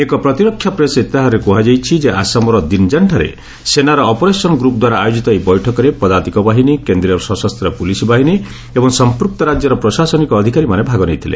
ଏକ ପ୍ରତିରକ୍ଷା ପ୍ରେସ୍ ଇସ୍ତାହାରରେ କୁହାଯାଇଛି ଯେ ଆସାମର ଦିନ୍ଜାନ୍ଠାରେ ସେନାର ଅପରେସନ୍ ଗ୍ରୁପ୍ ଦ୍ୱାରା ଆୟୋଜିତ ଏହି ବୈଠକରେ ପଦାତିକ ବାହିନୀ କେନ୍ଦ୍ରୀୟ ସଶସ୍ତ୍ର ପୁଲିସ୍ ବାହିନୀ ଏବଂ ସଂପୃକ୍ତ ରାଜ୍ୟର ପ୍ରଶାସନିକ ଅଧିକାରୀମାନେ ଭାଗ ନେଇଥିଲେ